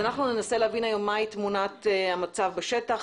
אנחנו ננסה להבין היום מהי תמונת המצב בשטח,